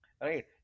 Right